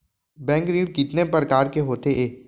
Bank ऋण कितने परकार के होथे ए?